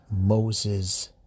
Moses